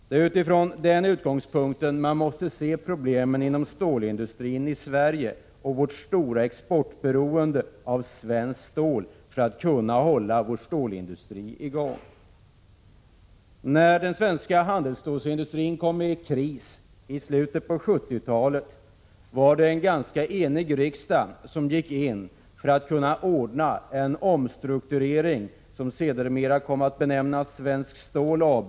Det är utifrån den synpunkten man måste se problemen inom stålindustrin i Sverige och vårt stora beroende av att exportera svenskt stål för att kunna hålla vår stålindustri i gång. När den svenska handelsstålsindustrin hamnade i kris i slutet av 70-talet gick en ganska enig riksdag in för att ordna en omstrukturering, som sedermera kom att benämnas Svenskt Stål AB.